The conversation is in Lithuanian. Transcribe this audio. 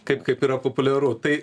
kaip kaip yra populiaru tai